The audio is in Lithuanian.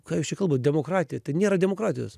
ką jūs čia kalbat demokratija ten nėra demokratijos